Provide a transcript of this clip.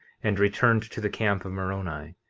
and returned to the camp of moroni.